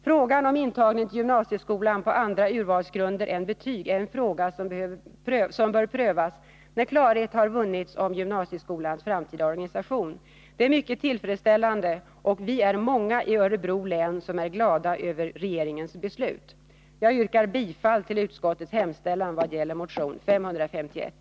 Frågan om intagning till gymnasieskolan på andra urvalsgrunder än betyg bör prövas när klarhet har vunnits om gymnasieskolans framtida organisation. Det är mycket tillfredsställande, och vi är många i Örebro län som är glada över regeringens beslut. Jag yrkar bifall till utskottets hemställan i vad gäller motion 551.